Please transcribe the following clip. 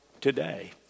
today